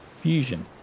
Fusion